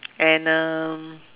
and um